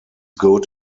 good